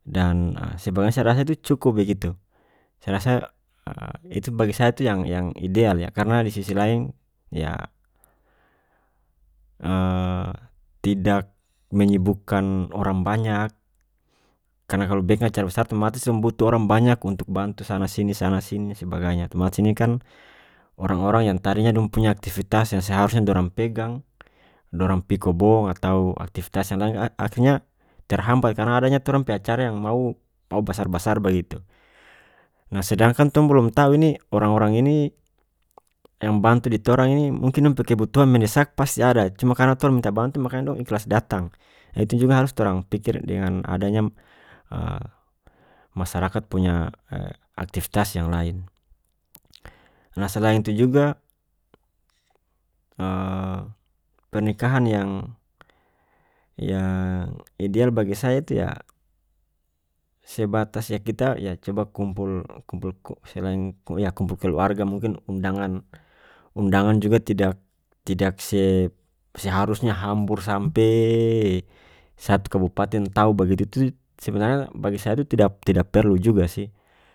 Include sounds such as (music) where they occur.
Dan (hesitation) sebagainya saya rasa itu cukup begitu saya rasa (hesitation) itu bagi saya itu yang-yang ideal yah karena di sisi lain yah (hesitation) tidak menyibukan orang banyak karena kalu biking acara basar otomatis tong butuh orang banyak untuk bantu sana sini sana sini sebagainya otomatis ini kan orang orang yang tadinya dong punya aktifitas yang seharusnya dorang pegang dorang pi kobong atau aktifitas yang lain akh-akhirnya terhambat karena adanya torang pe acara yang mau-mau basar basar bagitu nah sedangkan tong bolom tau ini orang orang ini yang bantu di torang ini mungkin dong pe kebutuhan mendesak pasti ada cuma karena tong minta bantu makanya dong ikhlas datang itu juga harus torang pikir dengan adanya (hesitation) masyarakat punya (hesitation) aktifitas yang lain nah selain itu juga (hesitation) pernikahan yang-yang ideal bagi saya yah sebatas yah kita yah coba kumpul-kumpul (unintelligible) selain yah kumpul keluarga mungkin undangan-undangan juga tidak-tidak se-seharusnya hambur sampe satu kabupaten tau begitu tu sebenarnya bagi saya itu tidak-tidak perlu juga sih.